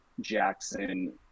Jackson